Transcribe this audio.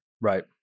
Right